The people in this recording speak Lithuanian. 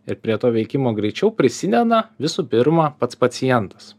ir prie to veikimo greičiau prisideda visų pirma pats pacientas